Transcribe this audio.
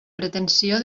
pretensió